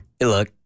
Look